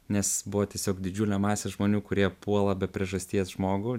nes buvo tiesiog didžiulė masė žmonių kurie puola be priežasties žmogų